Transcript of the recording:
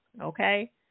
okay